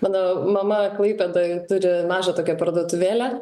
mano mama klaipėdoje turi mažą tokią parduotuvėlę